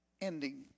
ending